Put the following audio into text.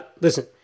listen